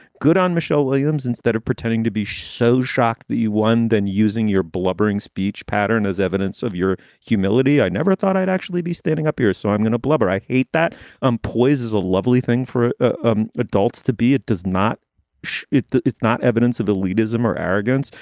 good on michelle williams. instead of pretending to be so shocked that you won, then using your blubbering speech pattern as evidence of your humility, i never thought i'd actually be standing up here. so i'm going to blubber. i hate that i'm poises a lovely thing for ah adults to be. it does not it it's not evidence of the lead ism or arrogance.